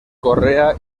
correa